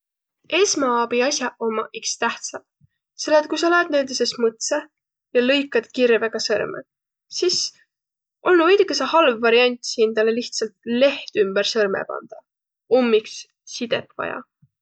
Esmaabias'aq ommaq iks tähtsäq, selle et kui sa läät näütüses mõtsa ja lõikat kirvega sõrmõ, sis olnuq veidükese halv variants hindäle lihtsalt leht ümber sõrmõ pandaq. Um iks sidet vaja.